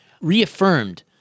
reaffirmed